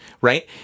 right